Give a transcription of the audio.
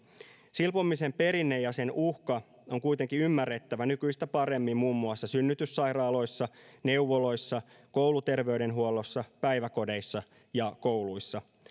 silpomisen perinne ja sen uhka on kuitenkin ymmärrettävä nykyistä paremmin muun muassa synnytyssairaaloissa neuvoloissa kouluterveydenhuollossa päiväkodeissa ja kouluissa